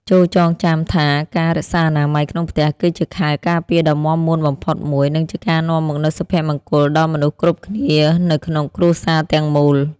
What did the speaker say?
ចូរចងចាំថាការរក្សាអនាម័យក្នុងផ្ទះ គឺជាខែលការពារដ៏មាំមួនបំផុតមួយ និងជាការនាំមកនូវសុភមង្គលដល់មនុស្សគ្រប់គ្នានៅក្នុងគ្រួសារទាំងមូល។